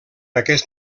aquest